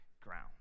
ground